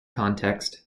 context